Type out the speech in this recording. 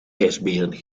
ijsberen